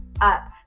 up